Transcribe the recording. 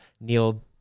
Neil